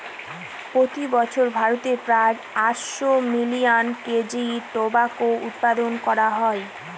প্রতি বছর ভারতে প্রায় আটশো মিলিয়ন কেজি টোবাকো উৎপাদন হয়